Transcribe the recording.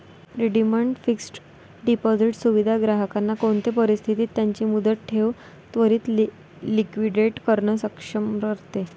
redeemed fixed deposit सुविधा ग्राहकांना कोणते परिस्थितीत त्यांची मुदत ठेव त्वरीत लिक्विडेट करणे सक्षम करते